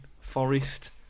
Forest